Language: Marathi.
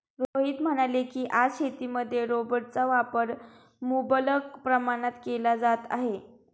रोहित म्हणाले की, आज शेतीमध्ये रोबोटचा वापर मुबलक प्रमाणात केला जात आहे